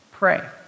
Pray